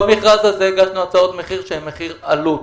במכרז הזה הגשנו הצעות מחיר שהן מחיר עלות.